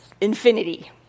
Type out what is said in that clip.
infinity